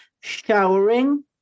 showering